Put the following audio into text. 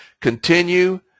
Continue